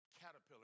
caterpillar